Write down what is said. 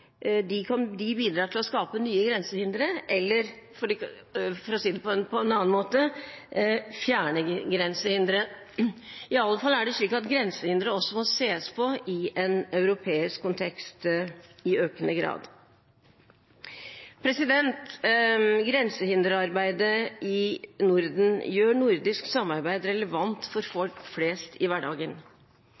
de bidrar til å skape nye grensehindre eller, for å si det på en annen måte, fjerne grensehindre. Iallfall er det slik at grensehindre også må ses på i en europeisk kontekst i økende grad. Grensehinderarbeidet i Norden gjør nordisk samarbeid relevant for folk flest i hverdagen.